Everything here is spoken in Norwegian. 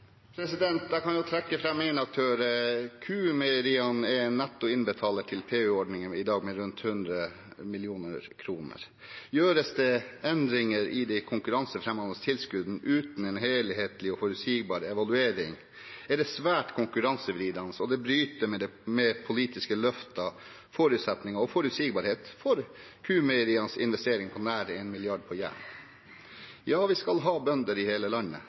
Jeg kan trekke fram én aktør: Q-Meieriene. De er netto innbetaler til PU-ordningen i dag, med rundt 100 mill. kr. Gjøres det endringer i de konkurransefremmende tilskuddene uten en helhetlig og forutsigbar evaluering, er det svært konkurransevridende. Det bryter med politiske løfter, forutsetninger – og forutsigbarhet for Q-Meierienes investering på nær 1 mrd. kr på Jæren. Ja, vi skal ha bønder i hele landet,